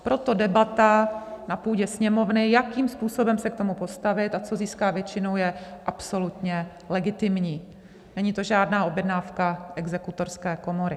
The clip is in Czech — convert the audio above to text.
Proto debata na půdě Sněmovny, jakým způsobem se k tomu postavit a co získá většinu, je absolutně legitimní, není to žádná objednávka Exekutorské komory.